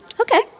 okay